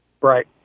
Right